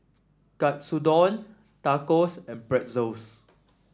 Katsudon Tacos and Pretzel